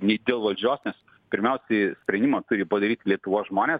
nei dėl valdžios nes pirmiausiai sprendimą turi padaryt lietuvos žmones